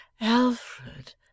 Alfred